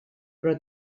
però